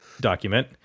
document